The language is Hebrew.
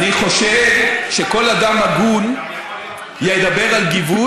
אני חושב שכל אדם הגון ידבר על גיוון,